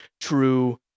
true